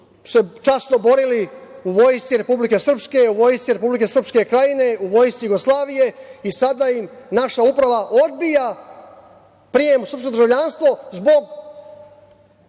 su se časno borili u Vojsci Republike Srpske, u Vojsci Republike Srpske Krajine i Vojsci Jugoslavije i sada im naša uprava odbija prijem u srpsko državljanstvo zbog